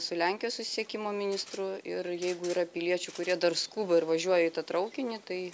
su lenkijos susisiekimo ministru ir jeigu yra piliečių kurie dar skuba ir važiuoja į tą traukinį tai